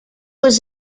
was